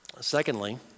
Secondly